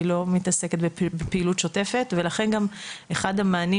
היא לא מתעסקת בפעילות שוטפת ולכן גם אחד המענים